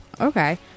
Okay